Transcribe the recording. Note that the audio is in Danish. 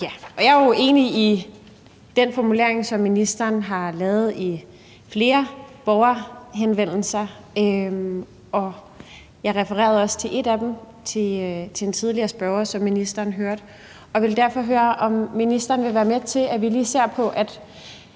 Jeg er jo enig i den formulering, som ministeren har givet til flere borgerhenvendelser, og jeg refererede også til en af dem til den tidligere spørger, hvilket ministeren hørte. Og jeg vil derfor høre, om ministeren vil være med til, at vi lige ser på, at